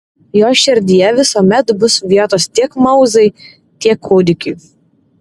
jo širdyje visuomet bus vietos tiek mauzai tiek kūdikiui